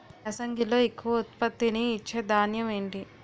యాసంగిలో ఎక్కువ ఉత్పత్తిని ఇచే ధాన్యం ఏంటి?